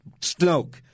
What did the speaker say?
Snoke